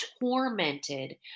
tormented